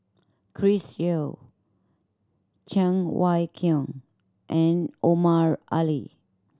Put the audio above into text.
Chris Yeo Cheng Wai Keung and Omar Ali